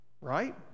Right